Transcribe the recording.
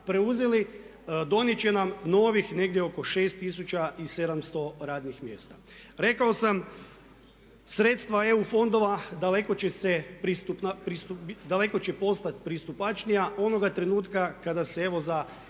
preuzeli donijet će nam novih negdje oko 6 tisuća i 700 radnih mjesta. Rekao sam sredstva EU fondova daleko će postati pristupačnija onoga trenutka kada se evo za